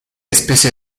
especie